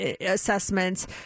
assessments